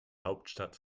hauptstadt